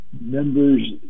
members